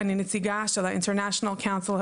אני נציגה של ה-ICN,